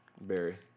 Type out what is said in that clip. Barry